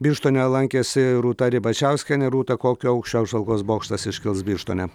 birštone lankėsi rūta ribačiauskienė rūta kokio aukščio apžvalgos bokštas iškils birštone